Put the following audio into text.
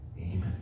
Amen